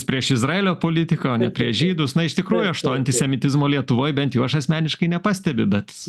prieš izraelio politiką o ne prieš žydus na iš tikrųjų aš to antisemitizmo lietuvoj bent jau aš asmeniškai nepastebiu bet